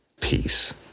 Peace